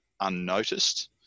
unnoticed